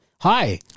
Hi